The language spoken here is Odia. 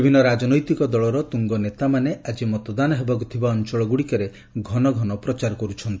ବିଭିନ୍ନ ରାଜନୈତିକ ଦଳର ତୁଙ୍ଗ ନେତାମାନେ ଆଜି ମତଦାନ ହେବାକୁ ଥିବା ଅଞ୍ଚଳଗୁଡ଼ିକରେ ଘନ ଘନ ପ୍ରଚାର କରୁଛନ୍ତି